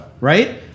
Right